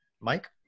Mike